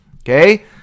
Okay